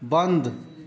बन्द